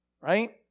Right